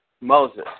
Moses